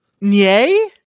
Nay